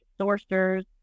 sorcerers